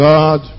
God